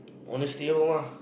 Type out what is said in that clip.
I wanna stay at home ah